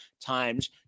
times